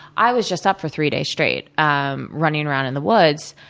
i was just up for three days straight, um running around in the woods.